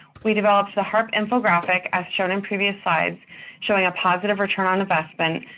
we developed the harp infographic as shown in previous slides showing a positive return on investment,